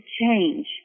change